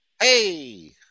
Hey